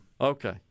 Okay